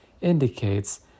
indicates